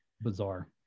Bizarre